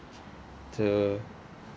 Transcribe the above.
the